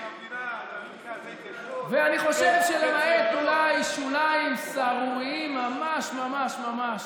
אני חושב שלמעט אולי שוליים סהרוריים ממש ממש,